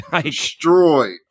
Destroyed